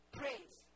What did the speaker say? praise